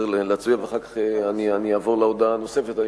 צריך להצביע ואחר כך אני אעבור להודעה הנוספת.